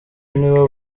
nibo